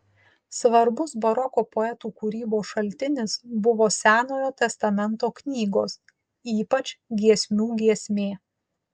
svarbus baroko poetų kūrybos šaltinis buvo senojo testamento knygos ypač giesmių giesmė